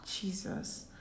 Jesus